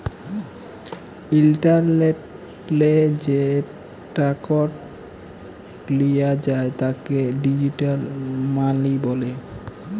ইলটারলেটলে যে টাকাট লিয়া যায় তাকে ডিজিটাল মালি ব্যলে